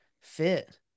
fit